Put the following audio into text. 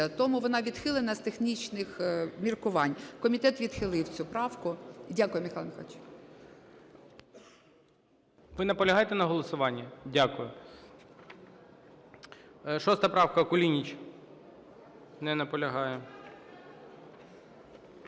Тому вона відхилена з технічних міркувань. Комітет відхилив цю правку. Дякую, Михайло Михайлович. ГОЛОВУЮЧИЙ. Ви наполягаєте на голосуванні? Дякую. 6 правка, Кулініч. Не наполягає.